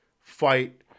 fight